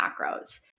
macros